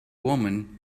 woman